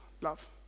love